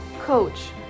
coach